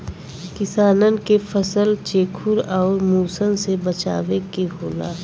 किसानन के फसल चेखुर आउर मुसन से बचावे के होला